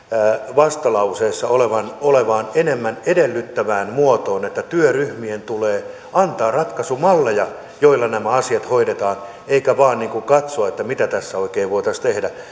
vastalauseessa olevaan olevaan enemmän edellyttävään muotoon niin että työryhmien tulee antaa ratkaisumalleja joilla nämä asiat hoidetaan eikä vain katsoa mitä tässä oikein voitaisiin tehdä